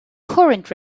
current